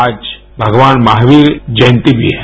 आज भगवान महावीर जयंती भी है